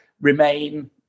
remain